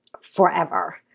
forever